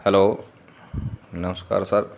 hello ਨਮਸਕਾਰ sir